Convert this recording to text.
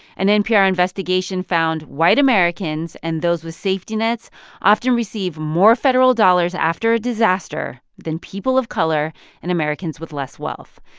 an npr investigation found white americans and those with safety nets often receive more federal dollars after a disaster than people of color and americans with less wealth.